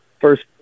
First